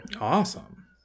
Awesome